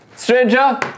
Stranger